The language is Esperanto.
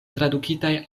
tradukitaj